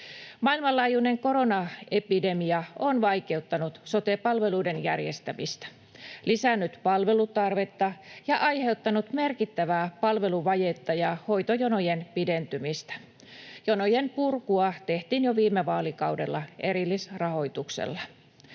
Maailmanlaajuinen koronaepidemia on vaikeuttanut sote-palveluiden järjestämistä, lisännyt palvelutarvetta ja aiheuttanut merkittävää palveluvajetta ja hoitojonojen pidentymistä. Jonojen purkua tehtiin jo viime vaalikaudella erillisrahoituksella.